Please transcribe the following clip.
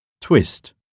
Twist